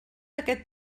aquest